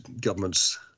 governments